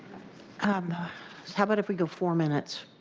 um how about if we go four minutes?